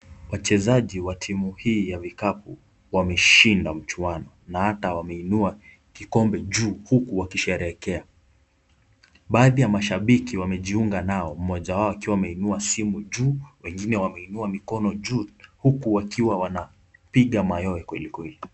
Wachezaji wa timu hii ya vikapu wameshinda mchuano na hata wameinua kikombe juu huku wakisheherekea. Baadhi ya mashabiki wamejiunga nao mmoja wao akiwa ameinua simu juu wengine wameinua mikono juu huku wakiwa wanapiga mayowe kwelikweli.